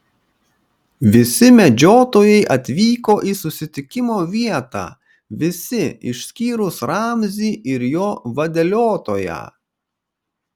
visi medžiotojai atvyko į susitikimo vietą visi išskyrus ramzį ir jo vadeliotoją